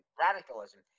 radicalism